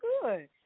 good